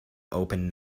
open